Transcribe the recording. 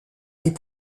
des